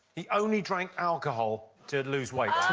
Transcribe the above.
he only drank alcohol to lose weight.